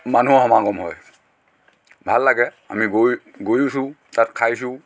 মানুহ সমাগম হয় ভাল লাগে আমি গৈ গৈছোঁ তাত খাইছোঁ